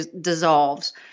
dissolves